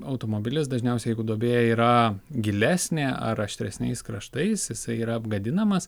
automobilis dažniausiai jeigu duobė yra gilesnė ar aštresniais kraštais jisai yra apgadinamas